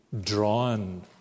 drawn